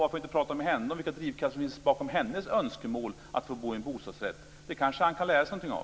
Varför inte prata med henne om vilka drivkrafter som finns bakom hennes önskemål att få bo i en bostadsrätt? Det kan han kanske lära sig någonting av.